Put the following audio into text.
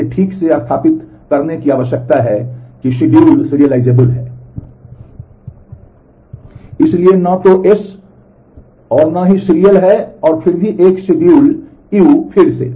इसलिए न तो एस और न ही सीरियल U फिर से